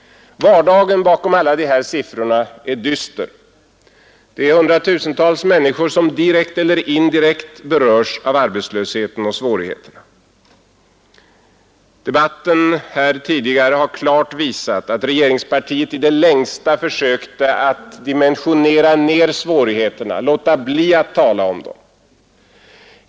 Vardagen bakom alla de här siffrorna är dyster. Det är hundratusentals människor som direkt eller indirekt berörs av arbetslösheten och svårigheterna. Debatten tidigare här har klart visat att regeringspartiet i det längsta försökt att dimensionera ner svårigheterna och låta bli att tala om dem.